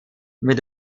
mit